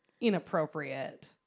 inappropriate